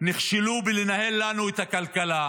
מובילים אותנו, נכשלו בלנהל לנו את הכלכלה,